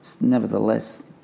nevertheless